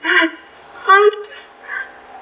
what